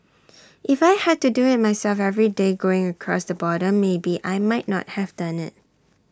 if I had to do IT myself every day going across the border maybe I might not have done IT